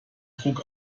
druck